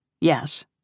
Yes